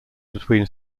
between